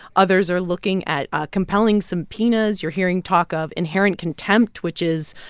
others are looking at ah compelling subpoenas. you're hearing talk of inherent contempt, which is,